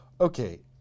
Okay